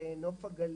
לנוף הגליל,